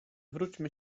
wróćmy